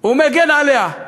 ומגן עליה.